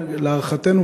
להערכתנו,